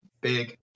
Big